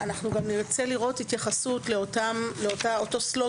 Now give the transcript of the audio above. אנחנו גם נרצה לראות התייחסות לאותו סלוגן,